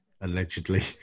allegedly